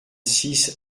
six